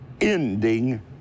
ending